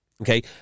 Okay